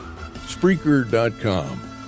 Spreaker.com